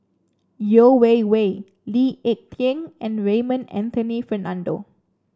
Yeo Wei Wei Lee Ek Tieng and Raymond Anthony Fernando